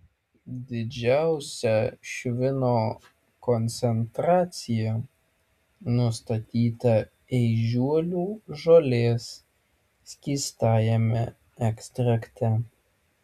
didžiausia švino koncentracija nustatyta ežiuolių žolės skystajame ekstrakte